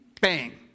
bang